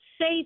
say